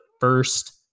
first